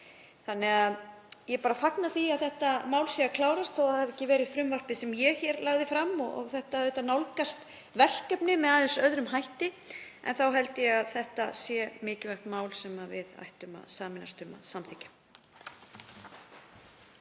Þannig að ég bara fagna því að þetta mál sé að klárast þó að það hafi ekki verið frumvarpið sem ég lagði fram. Þetta nálgast verkefnið með aðeins öðrum hætti en ég held að þetta sé mikilvægt mál sem við ættum að samþykkja.